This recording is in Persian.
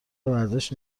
ورزش